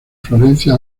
florencia